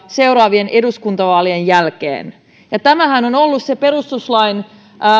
seuraavien eduskuntavaalien jälkeen ja tämähän on ollut se perustuslain